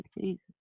Jesus